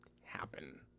happen